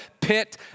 pit